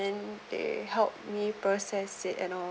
and they help me process it and all